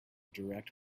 direct